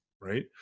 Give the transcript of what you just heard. right